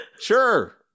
Sure